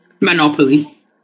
monopoly